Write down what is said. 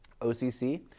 OCC